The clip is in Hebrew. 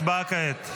הצבעה כעת.